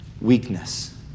weakness